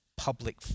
public